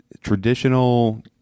traditional